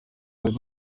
bari